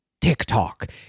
TikTok